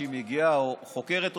כשהיא מגיעה או חוקרת אותם,